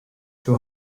two